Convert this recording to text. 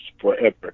forever